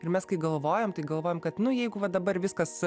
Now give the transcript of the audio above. ir mes kai galvojam tai galvojam kad nu jeigu va dabar viskas